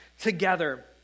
Together